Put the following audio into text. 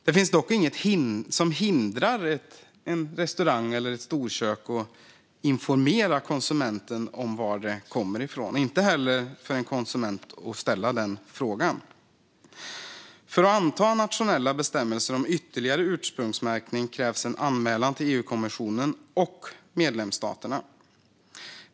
Det finns dock inget som hindrar en restaurang eller ett storkök att informera konsumenten om varifrån köttet kommer, inte heller något som hindrar en konsument att ställa den frågan. För att anta nationella bestämmelser om ytterligare ursprungsmärkning krävs en anmälan till EU-kommissionen och medlemsstaterna.